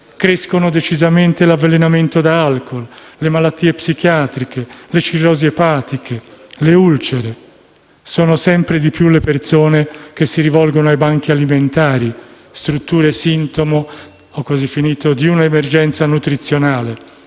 crescono decisamente l'avvelenamento da alcol, le malattie psichiatriche, le cirrosi epatiche e le ulcere. Sono sempre di più le persone che si rivolgono ai «Banchi Alimentari», strutture sintomo di un'emergenza nutrizionale,